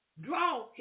draw